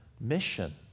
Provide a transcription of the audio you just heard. mission